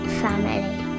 family